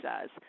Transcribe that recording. says